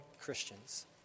christians